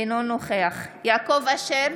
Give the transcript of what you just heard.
אינו נוכח יעקב אשר,